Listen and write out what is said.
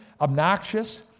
obnoxious